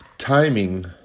Timing